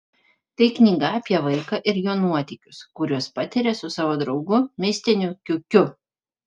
tai knyga apie vaiką ir jo nuotykius kuriuos patiria su savo draugu mistiniu kiukiu